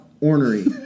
ornery